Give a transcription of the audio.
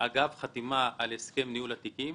אגב חתימה על הסכם ניהול התיקים